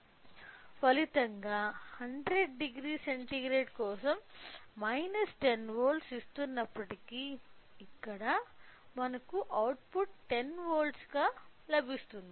ఫలితంగా 1000 సెంటీగ్రేడ్ కోసం 10 వోల్ట్లు ఇస్తున్నప్పటికీ ఇక్కడ మనకు అవుట్పుట్ 10 వోల్ట్లుగా లభిస్తుంది